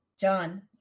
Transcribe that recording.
John